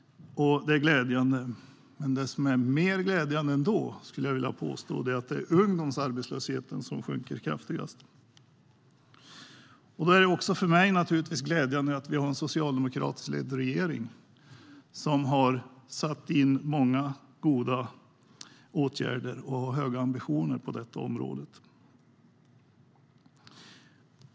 Det är glädjande. Men det som är mer glädjande ändå, skulle jag vilja påstå, är att det är ungdomsarbetslösheten som sjunker kraftigast. För mig är det naturligtvis glädjande att vi har en socialdemokratiskt ledd regering som har satt in många goda åtgärder och har höga ambitioner på detta område.